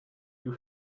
you